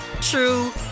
true